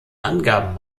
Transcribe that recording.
angaben